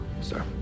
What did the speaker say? sir